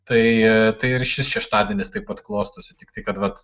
tai tai ir šis šeštadienis taip pat klostosi tiktai kad vat